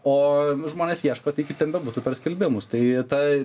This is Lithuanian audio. o žmonės ieško tai kaip ten bebūtų per skelbimus tai ta